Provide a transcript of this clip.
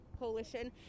coalition